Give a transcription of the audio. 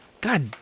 God